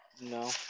no